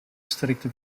sterkte